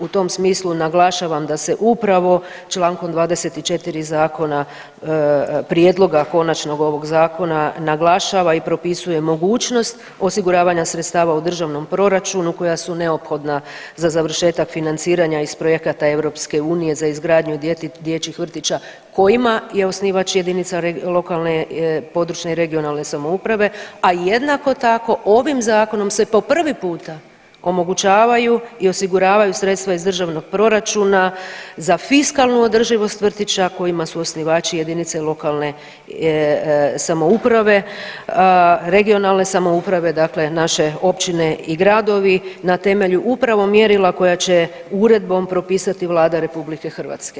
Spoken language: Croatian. U tom smislu naglašavam da se upravo Člankom 24. zakona prijedloga konačnog ovog zakona naglašava i propisuje mogućnost osiguravanja sredstava u državnom proračunu koja su neophodna za završetak financiranja iz projekata EU za izgradnju dječjih vrtića kojima je osnivač jedinica lokalne, područne i regionalne samouprave, a jednako tako ovim zakonom se po prvi puta omogućavaju i osiguravaju sredstva iz državnog proračuna za fiskalnu održivost vrtića kojima su osnivači jedinice lokalne samouprave, regionalne samouprave dakle naše općine i gradovi na temelju upravo mjerila koja će uredbom propisati Vlada RH.